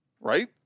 Right